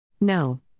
No